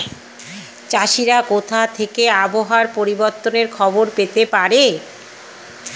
চাষিরা কোথা থেকে আবহাওয়া পরিবর্তনের খবর পেতে পারে?